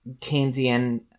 Keynesian